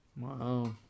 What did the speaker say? Wow